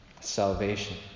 salvation